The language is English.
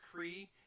kree